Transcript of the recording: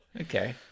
Okay